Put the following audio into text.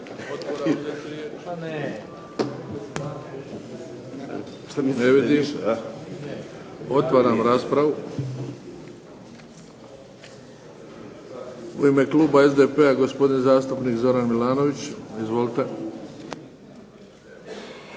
Otvaram raspravu. U ime kluba SDP-a, gospodin zastupnik Zoran Milanović. Izvolite.